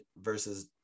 versus